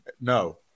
no